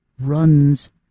runs